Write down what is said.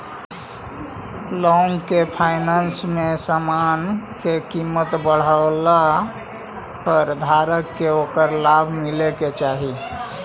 long finance में समान के कीमत बढ़ला पर धारक के ओकरा लाभ मिले के चाही